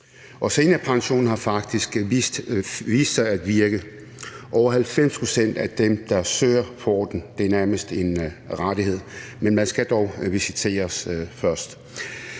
seniorpensionen har faktisk vist sig at virke: Over 90 pct. af dem, der søger, får den. Det er nærmest en rettighed, men man skal dog visiteres først.